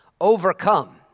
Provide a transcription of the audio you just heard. Overcome